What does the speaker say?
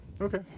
Okay